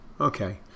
Okay